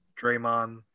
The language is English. Draymond